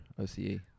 Oce